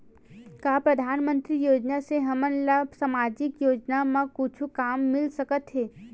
का परधानमंतरी योजना से हमन ला सामजिक योजना मा कुछु काम मिल सकत हे?